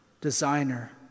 designer